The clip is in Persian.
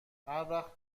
هروقت